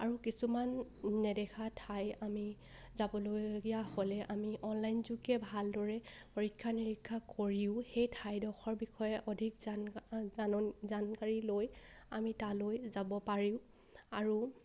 আৰু কিছুমান নেদেখা ঠাই আমি যাবলগীয়া হ'লে আমি অনলাইন যোগে ভালদৰে পৰীক্ষা নিৰীক্ষা কৰিও সেই ঠাইডোখৰ বিষয়ে অধিক জানকাৰী লৈ আমি তালৈ যাব পাৰোঁ আৰু